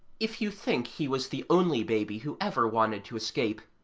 if you think he was the only baby who ever wanted to escape,